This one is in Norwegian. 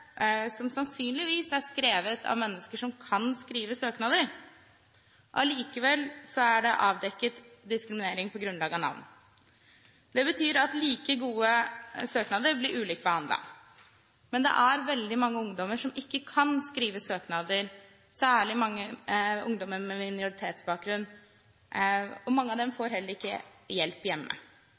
som sannsynligvis er skrevet av mennesker som kan skrive søknader. Likevel er det avdekket diskriminering på grunnlag av navn. Det betyr at like gode søknader blir ulikt behandlet. Men det er veldig mange ungdommer, særlig ungdom med minoritetsbakgrunn, som ikke kan skrive søknader, og mange av dem får heller ikke hjelp hjemme.